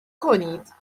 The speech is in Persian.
کنید